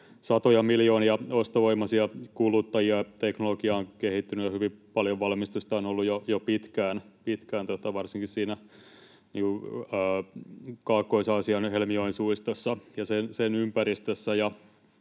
satoja miljoonia ostovoimaisia kuluttajia. Teknologia on kehittynyt, ja jo pitkään on ollut hyvin paljon valmistusta varsinkin Kaakkois-Aasian Helmijoen suistossa ja sen ympäristössä.